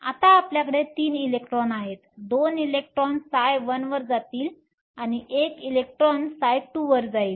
आता आपल्याकडे 3 इलेक्ट्रॉन आहेत 2 इलेक्ट्रॉन ψ1 वर जातील आणि 1 इलेक्ट्रॉन ψ2 वर जाईल